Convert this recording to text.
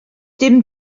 dim